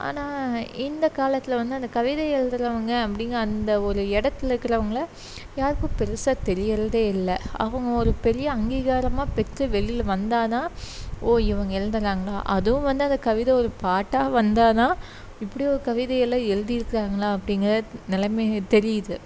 ஆனால் இந்த காலத்தில் வந்து அந்த கவிதை எழுதுகிறவுங்க அப்படிங்க அந்த ஒரு இடத்துல இருக்குறவங்கள யாருக்கும் பெருசா தெரிகிறதே இல்லை அவங்க ஒரு பெரிய அங்கீகாரமாக பெற்று வெளியில் வந்தால்தான் ஓ இவங்க எழுதுனாங்களா அதுவும் வந்து அந்த கவிதை ஒரு பாட்டா வந்தால்தான் இப்படி ஒரு கவிதை எல்லாம் எழுதிருக்கிறாங்களா அப்படிங்கிற நிலமையே தெரியுது